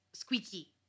Squeaky